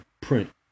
print